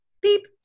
Beep